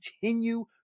continue